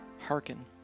hearken